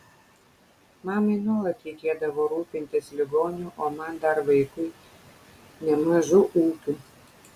mamai nuolat reikėdavo rūpintis ligoniu o man dar vaikui nemažu ūkiu